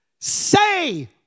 Say